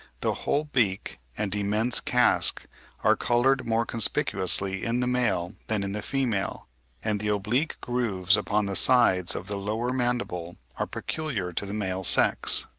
the whole beak and immense casque are coloured more conspicuously in the male than in the female and the oblique grooves upon the sides of the lower mandible are peculiar to the male sex.